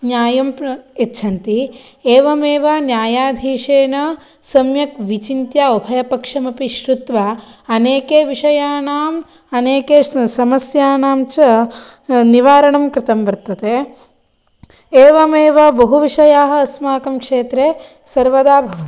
न्यायं प्र यच्छन्ति एवमेव न्यायाधीशेन सम्यक् विचिन्त्य उभयपक्षमपि श्रृत्वा अनेके विषायानां अनेके समस्यानां च निवारणं कृतं वर्तते एवमेव बहुविषयाः अस्माकं क्षेत्रे सर्वदा भवन्ति